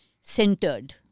centered